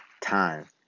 time